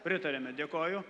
pritariame dėkoju